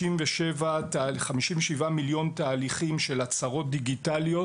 57 מיליון תהליכים של הצהרות דיגיטליות